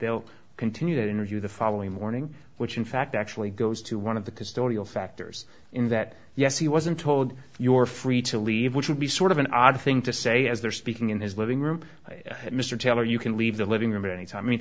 they'll continue to interview the following morning which in fact actually goes to one of the custodial factors in that yes he wasn't told you're free to leave which would be sort of an odd thing to say as they're speaking in his living room mr taylor you can leave the living room and it's i mean